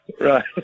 Right